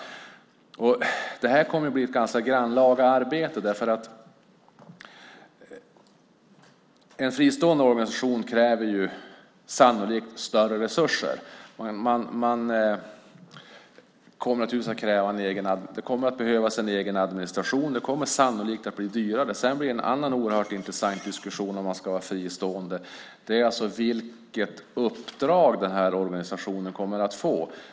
Det här kommer att bli ett ganska grannlaga arbete. En fristående organisation kräver sannolikt större resurser. Det kommer att behövas en egen administration. Det kommer sannolikt att bli dyrare. En annan oerhört intressant diskussion om man ska vara fristående blir vilket uppdrag organisationen kommer att få.